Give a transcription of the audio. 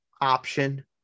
option